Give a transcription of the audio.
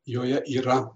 joje yra